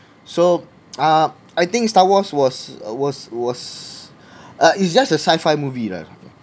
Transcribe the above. so uh I think star wars was was was uh it's just a sci fi movie lah